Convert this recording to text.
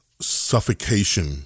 suffocation